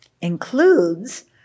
Includes